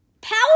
Power